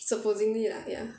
supposingly lah ya